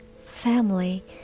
family